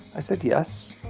i said, yes.